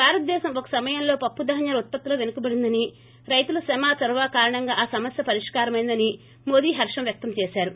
భారత దేశం ఒక సమయంలో పప్పు ధాన్యాల ఉత్పత్తిలో పెనుకబడిందని రైతుల శ్రమ చొరవ కారణంగా ఆ సమస్య పరిష్కారమైందని మోదీ పార్షం వ్యక్తంచేశారు